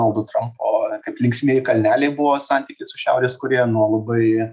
donaldo trampo kaip linksmieji kalneliai buvo santykis su šiaurės korėja nuo labai